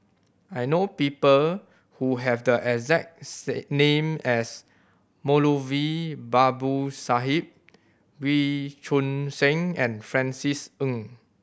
I know people who have the exact name as Moulavi Babu Sahib Wee Choon Seng and Francis Ng